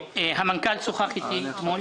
מנכ"ל משרד החינוך שוחח איתי אתמול.